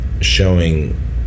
showing